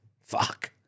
fuck